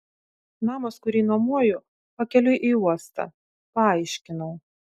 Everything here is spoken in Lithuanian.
namas kurį nuomoju pakeliui į uostą paaiškinau